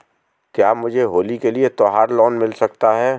क्या मुझे होली के लिए त्यौहार लोंन मिल सकता है?